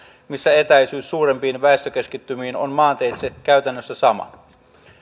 missä etäisyys suurempiin väestökeskittymiin on maanteitse käytännössä sama